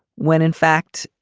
when in fact,